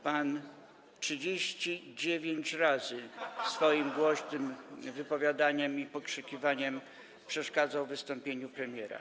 Pan 39 razy [[Wesołość na sali]] głośnym wypowiadaniem się i pokrzykiwaniem przeszkadzał w wystąpieniu premiera.